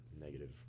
negative